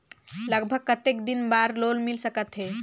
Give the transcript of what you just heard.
लगभग कतेक दिन बार लोन मिल सकत हे?